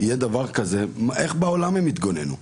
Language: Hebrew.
יהיה דבר כזה, איך בעולם הם יתגוננו?